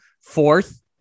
fourth